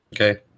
Okay